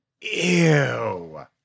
Ew